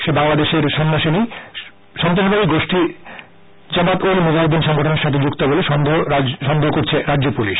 সে বাংলাদেশের সন্ত্রাসবাদী গোষ্ঠী জামাত উল মুজাহিদিন সংগঠনের সঙ্গে যুক্ত বলে সন্দেহ করছে রাজ্য পুলিশ